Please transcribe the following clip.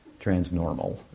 Transnormal